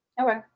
Okay